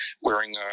wearing